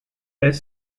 est